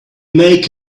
make